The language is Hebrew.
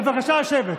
בבקשה לשבת.